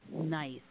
Nice